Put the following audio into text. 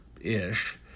ish